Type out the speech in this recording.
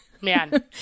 Man